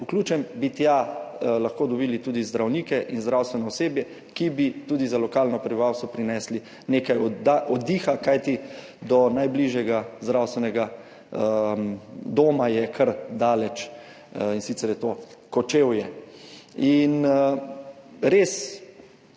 vključen, bi tja lahko dobili tudi zdravnike in zdravstveno osebje, ki bi tudi za lokalno prebivalstvo prineslo nekaj oddiha, kajti do najbližjega zdravstvenega doma je kar daleč, in sicer je to Kočevje. Res